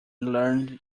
learned